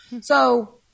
So-